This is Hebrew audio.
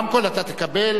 רמקול אתה תקבל,